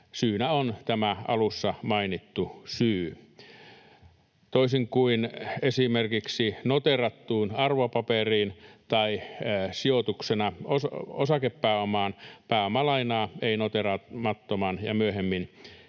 Syynä on tämä alussa mainittu syy: toisin kuin esimerkiksi noteerattuun arvopaperiin tai sijoituksena osakepääomaan pääomalainaan noteeraamattomaan ja myöhemmin